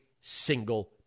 single